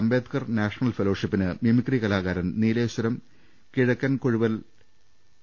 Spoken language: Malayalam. അംബേദ്ക്കർ നാഷണൽ ഫെലോഷിപ്പിന് മിമിക്രി കലാകാരൻ നീലേശ്വരം കിഴ ക്കൻകൊഴുവൽ പി